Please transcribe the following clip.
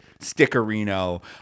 stickerino